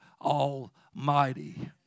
Almighty